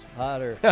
hotter